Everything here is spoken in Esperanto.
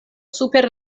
super